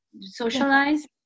socialize